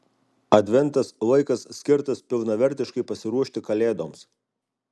adventas laikas skirtas pilnavertiškai pasiruošti kalėdoms